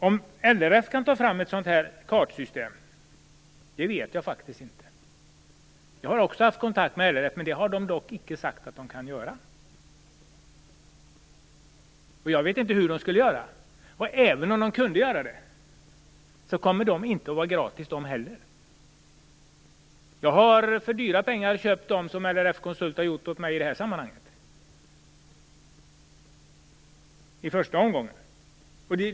Jag vet inte om LRF kan ta fram ett sådant här kartsystem, men när jag har haft kontakt med dem har de sagt att de icke kan göra det. Jag vet inte hur de skulle göra det. Även om LRF kunde göra det skulle det inte vara gratis. Jag har för dyra pengar köpt dem som LRF-konsult har gjort åt mig i den första omgången.